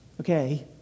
okay